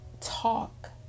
talk